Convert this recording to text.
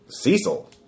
Cecil